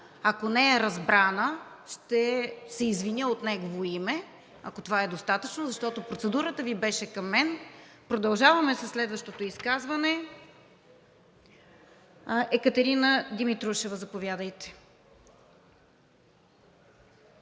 Ако не е разбрана, ще се извиня от негово име, ако това е достатъчно, защото процедурата Ви беше към мен. Продължаваме със следващото изказване. Екатерина Димитрушева. Заповядайте.